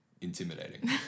intimidating